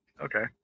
Okay